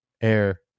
air